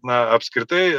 na apskritai